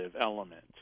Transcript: element